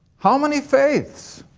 how many faiths?